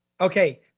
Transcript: Okay